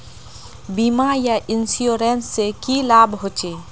बीमा या इंश्योरेंस से की लाभ होचे?